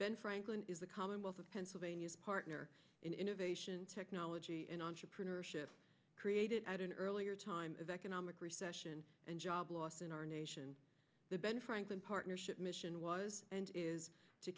ben franklin the commonwealth of pennsylvania a partner in innovation technology and entrepreneurship created at an earlier time of economic recession and job loss in our nation the ben franklin partnership mission